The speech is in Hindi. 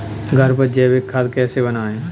घर पर जैविक खाद कैसे बनाएँ?